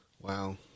Wow